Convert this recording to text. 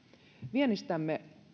viennistämme